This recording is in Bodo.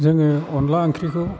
जोङो अनला ओंख्रिखौ